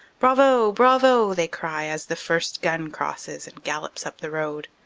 bravo, bravo! they cry as the first gun crosses and gallops up the road.